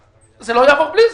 זה לא יעבור בלי זה.